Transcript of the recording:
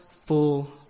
full